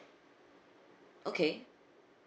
okay